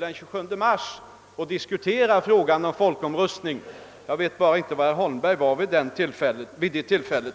den 27 mars i år tillfälle att diskutera frågan om folkomröstning. Jag vet bara inte var herr Holmberg befann sig vid det tillfället.